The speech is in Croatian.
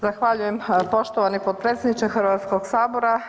Zahvaljujem, poštovani potpredsjedniče Hrvatskog sabora.